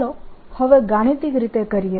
ચાલો હવે ગાણિતિક રીતે કરીએ